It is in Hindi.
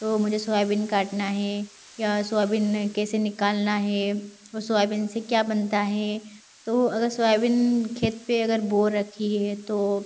तो मुझे सोयाबीन काटना है या सोयाबीन कैसे निकालना है और सोयाबीन से क्या बनता है तो अगर सोयाबीन खेत पर अगर बो रखी है तो